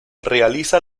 realiza